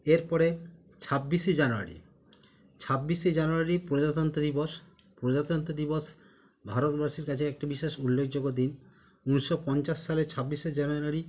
এর পরে ছাব্বিশে জানুয়ারি ছাব্বিশে জানুয়ারি প্রজাতন্ত্র দিবস প্রজাতন্ত্র দিবস ভারতবাসীর কাছে একটা বিশেষ উল্লেখযোগ্য দিন উনিশশো পঞ্চাশ সালে ছাব্বিশে জানুয়ারি